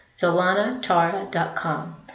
SolanaTara.com